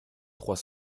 trois